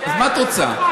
מה את רוצה?